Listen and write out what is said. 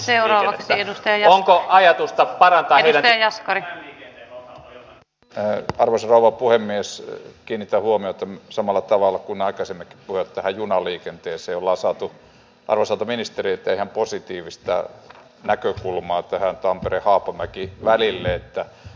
jos tätä poikkeusta ei suomeen saada niin nimenomaan nämä harjoittelumahdollisuudet tämän meidän järjestelmämme puitteissa mikä perustuu yleiseen asevelvollisuuteen ja siihen että reserviläiset aktiivisesti itse harjoittelevat ja ylläpitävät omia maanpuolustustaitojaan tulevat merkittävästi vaikeutumaan